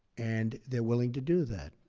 and they're willing to do that,